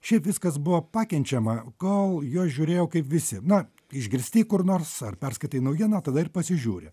šiaip viskas buvo pakenčiama kol juos žiūrėjau kaip visi na išgirsti kur nors ar perskaitai naujieną tada ir pasižiūri